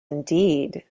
indeed